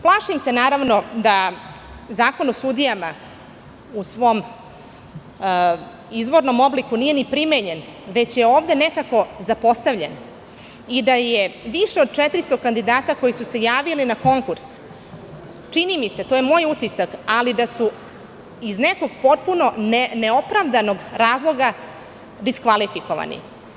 Plašim se da Zakon o sudijama u svom izvornom obliku nije ni primenjen, već je ovde nekako zapostavljen i da je više od 400 kandidata koji su se javili na konkurs iz nekog potpuno neopravdanog razloga diskvalifikovani.